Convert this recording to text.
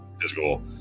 physical